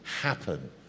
happen